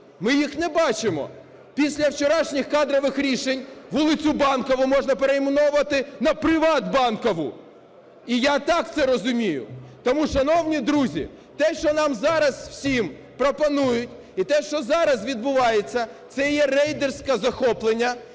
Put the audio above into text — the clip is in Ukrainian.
Ми їх не бачимо. Після вчорашніх кадрових рішень вулицю Банкову можна перейменовувати на Приватбанкову. І я так це розумію. Тому, шановні друзі, те, що нам зараз всім пропонують, і те, що зараз відбувається, це є рейдерське захоплення